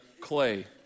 clay